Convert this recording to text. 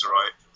right